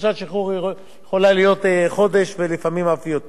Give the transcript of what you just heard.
חופשת שחרור יכולה להיות חודש ולפעמים אף יותר.